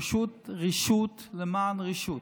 פשוט רשעות למען רשעות.